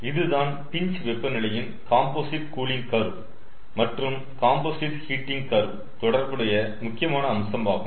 இதுதான் பின்ச் வெப்பநிலையின் composite cooling curve மற்றும் காம்போசிட் ஹீட்டிங் கர்வ் தொடர்புடைய முக்கியமான அம்சமாகும்